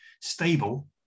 stable